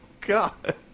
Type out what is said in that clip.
God